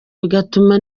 bigatuma